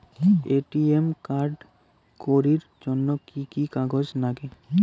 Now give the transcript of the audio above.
ATM card করির জন্যে কি কি কাগজ নাগে?